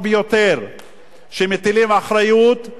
מטילים אחריות על ראש הממשלה,